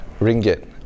ringgit